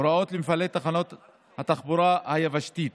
הוראות למפעילי התחבורה היבשתית